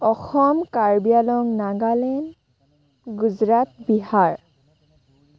Assam Karbi Anglong Nagaland Gujarat Bihar